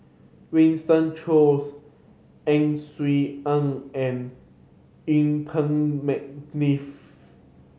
Winston Choos Ang Swee Aun and Yuen Peng McNeice